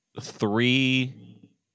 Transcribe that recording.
three –